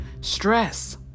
stress